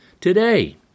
Today